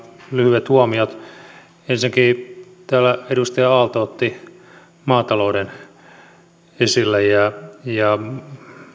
lyhyet huomiot ensinnäkin täällä edustaja aalto otti maatalouden esille ja